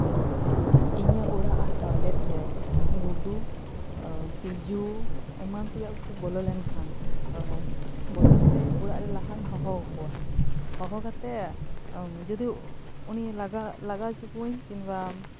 ᱤᱧᱟᱹᱜ ᱚᱲᱟᱜ ᱟᱨ ᱴᱚᱭᱞᱮᱴ ᱨᱮ ᱜᱩᱰᱩ ᱛᱤᱸᱡᱩ ᱮᱢᱟᱱ ᱛᱮᱭᱟᱜ ᱠᱚ ᱵᱚᱞᱚ ᱞᱮᱱᱠᱷᱟᱱ ᱵᱚᱛᱚᱨ ᱛᱮ ᱚᱲᱟᱜ ᱨᱮᱱ ᱞᱟᱦᱟᱧ ᱦᱚᱦᱚ ᱠᱚᱣᱟ ᱦᱚᱦᱚ ᱠᱟᱛᱮ ᱡᱩᱫᱤ ᱩᱱᱤ ᱞᱟᱜᱟ ᱞᱟᱜᱟ ᱦᱚᱪᱚ ᱠᱚᱣᱟᱧ ᱠᱤᱢᱵᱟ